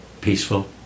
peaceful